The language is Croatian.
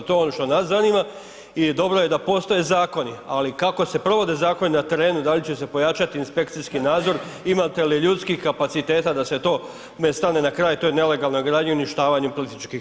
To je ono što nas zanima i dobro je da postoje zakonu, ali kako se provode zakoni na terenu, da li će se pojačati inspekcijski nadzor, imate li ljudskih kapaciteta da se tome stane na kraj, to je nelegalna gradnja i uništavanje Plitvičkih jezera.